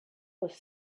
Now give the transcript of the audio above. was